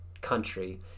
country